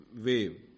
wave